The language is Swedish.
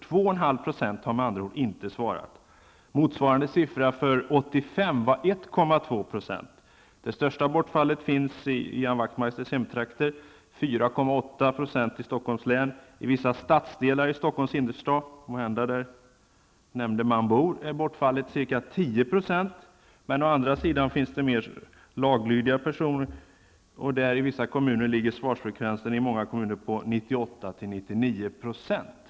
2,5 % har med andra ord inte svarat. Motsvarande siffra för 1985 var 1,2 %. Det största bortfallet fanns i Ian Wachtmeisters hemtrakter, 4,8 % i Stockholms län. I vissa stadsdelar i Stockholms innerstad, måhända där nämnde man bor, är bortfallet ca 10 %. Men det finns mer laglydiga personer. I många komuner ligger svarsfrekvensen på 98--99 %.